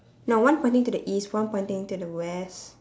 no one pointing to the east one pointing to the west